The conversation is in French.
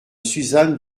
suzanne